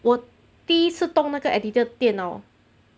我第一次动那个 editor 电脑